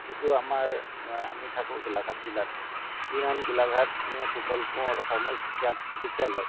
যিহেতু আমাৰ আমি থাকোঁ গোলাঘাট জিলাত যিখন গোলাঘাট কুশল কোঁৱৰ অসামৰিক চিকা চিকিৎসালয়